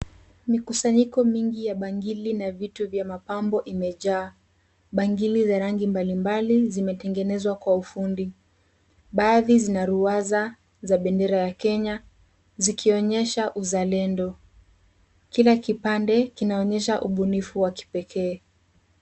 Mikusanyiko mingi ya bangili na vitu vya mapambo imejaa. Bangili za rangi mbalimbali zimetengenezwa kwa ufundi. Baadhi zinaruwaza za bendera ya kenya zikionyesha uzalendo. Kila kipande kinaonyesha ubunifu wa kipekee.